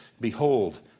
behold